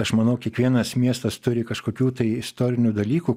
aš manau kiekvienas miestas turi kažkokių tai istorinių dalykų